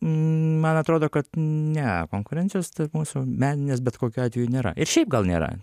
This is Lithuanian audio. man atrodo kad ne konkurencijos tarp mūsų meninės bet kokiu atveju nėra ir šiaip gal nėra